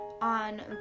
on